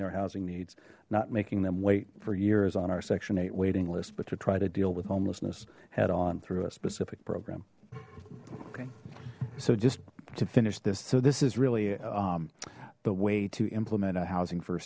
their housing needs not making them wait for years on our section eight waiting list but to try to deal with homelessness head on through a specific program okay so just to finish this so this is really the way to implement a housing f